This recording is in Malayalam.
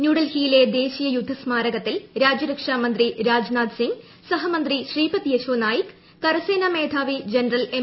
ന്യൂഡൽഹിയിലെ ദേശീയ യുദ്ധസ്മാരകത്തിൽ രാജ്യരക്ഷാ മന്ത്രി രാജ്നാഥ് സിംഗ് സഹമന്ത്രി ശ്രീപദ്നായിക് കരസേനാമേധാവി ജനറൽ എം